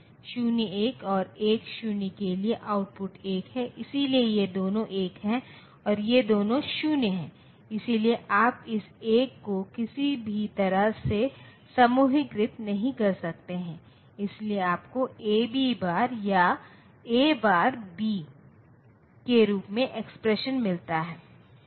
0 1 और 1 0 के लिए आउटपुट 1 है इसलिए ये दोनों 1 हैं और ये दोनों 0 हैं इसलिए आप इस 1 को किसी भी तरह से समूहीकृत नहीं कर सकते हैं इसलिए आपको AB बार या A बार B के रूप में एक्सप्रेशन मिलताहै